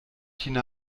tina